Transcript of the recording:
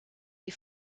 des